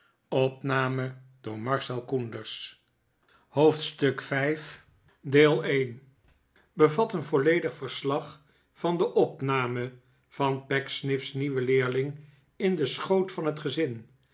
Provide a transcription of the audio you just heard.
hoofdstuk v bevat een volledig verslag van de opname van pecksniff's nieuwen leerling in den schoot van het gezin